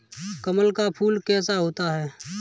कमल का फूल कैसा होता है?